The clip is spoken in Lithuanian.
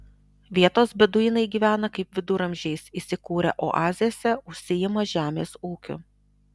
vietos beduinai gyvena kaip viduramžiais įsikūrę oazėse užsiima žemės ūkiu